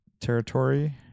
territory